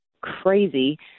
crazy